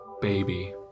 baby